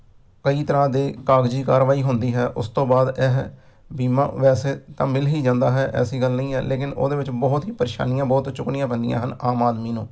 ਕਈ ਤਰ੍ਹਾਂ ਦੇ ਕਾਗਜ਼ੀ ਕਾਰਵਾਈ ਹੁੰਦੀ ਹੈ ਉਸ ਤੋਂ ਬਾਅਦ ਇਹ ਬੀਮਾ ਵੈਸੇ ਤਾਂ ਮਿਲ ਹੀ ਜਾਂਦਾ ਹੈ ਐਸੀ ਗੱਲ ਨਹੀਂ ਹੈ ਲੇਕਿਨ ਉਹਦੇ ਵਿੱਚ ਬਹੁਤ ਹੀ ਪਰੇਸ਼ਾਨੀਆਂ ਬਹੁਤ ਚੁਗਣੀਆਂ ਪੈਂਦੀਆਂ ਹਨ ਆਮ ਆਦਮੀ ਨੂੰ